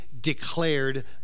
declared